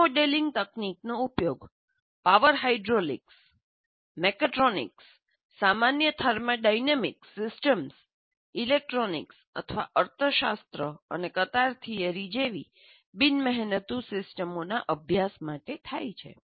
આ મોડેલિંગ તકનીકનો ઉપયોગ પાવર હાઇડ્રોલિક્સ મેકટ્રોનિક્સ સામાન્ય થર્મોનેડાયનેમિક સિસ્ટમ્સ ઇલેક્ટ્રોનિક્સ અને અર્થશાસ્ત્ર અને કતાર થિયરી જેવી બિન મહેનતુ સિસ્ટમોના અભ્યાસ માટે થાય છે